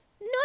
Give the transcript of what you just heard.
no